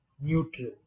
neutral